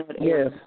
Yes